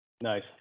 Nice